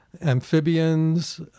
amphibians